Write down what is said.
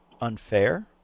unfair